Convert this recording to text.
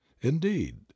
indeed